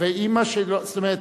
ואמא, זאת אומרת,